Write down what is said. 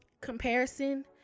comparison